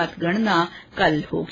मतगणना कल होगी